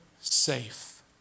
safe